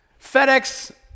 FedEx